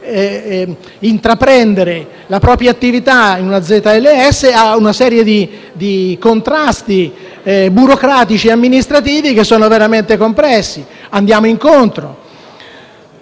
intraprendere la propria attività in una ZLS, incontra una serie di contrasti burocratici e amministrativi veramente complessi. Andiamo loro incontro.